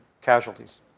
casualties